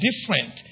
different